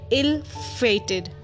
ill-fated